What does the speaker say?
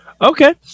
Okay